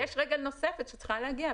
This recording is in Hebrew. יש רגל נוספת שצריכה להגיע,